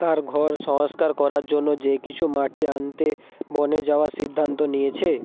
তার ঘর সংস্কার করার জন্য যে কিছু মাটি আনতে বনে যাওয়ার সিদ্ধান্ত নিয়েছে